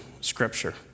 scripture